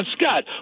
Scott